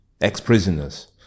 ex-prisoners